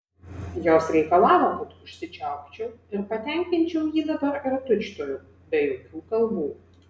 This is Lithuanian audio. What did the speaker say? jos reikalavo kad užsičiaupčiau ir patenkinčiau jį dabar ir tučtuojau be jokių kalbų